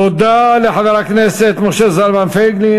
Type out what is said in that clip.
תודה לחבר הכנסת משה זלמן פייגלין.